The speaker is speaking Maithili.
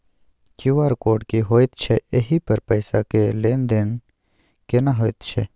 क्यू.आर कोड की होयत छै एहि पर पैसा के लेन देन केना होयत छै?